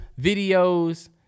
videos